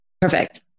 Perfect